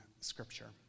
scripture